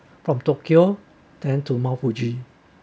from tokyo then to mount fuji